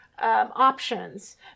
options